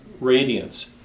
radiance